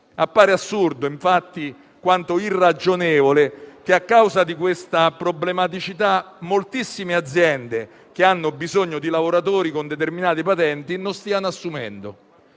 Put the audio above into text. infatti assurdo, quanto irragionevole, che a causa di questa problematicità moltissime aziende che hanno bisogno di lavoratori con determinate patenti non stiano assumendo.